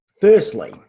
firstly